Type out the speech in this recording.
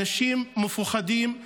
אנשים מפוחדים,